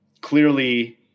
clearly